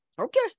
Okay